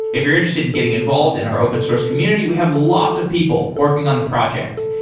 if you're interested in getting involved in our open source community, we have lots of people working on the project,